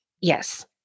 Yes